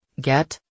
Get